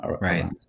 Right